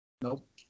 Nope